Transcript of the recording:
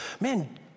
Man